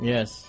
Yes